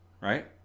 right